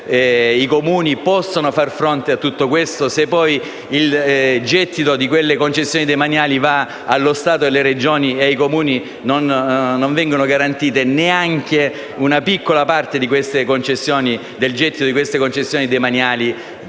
i Comuni possono far fronte a tutto questo se poi il gettito di quelle concessioni demaniali va allo Stato, e alle Regioni e ai Comuni non viene garantita neanche una piccola parte del gettito di queste concessioni demaniali?